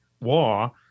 war